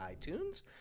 iTunes